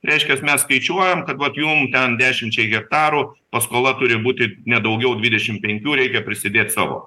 reiškias mes skaičiuojam kad vat jum ten dešimčiai hektarų paskola turi būti ne daugiau dvidešim penkių reikia prisidėt savo